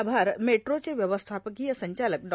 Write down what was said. आभार मेट्रांचे व्यवस्थापकांय संचालक डॉ